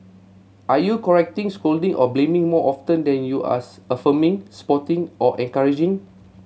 are you correcting scolding or blaming more often than you are affirming supporting or encouraging